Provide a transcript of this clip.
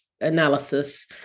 analysis